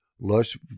lush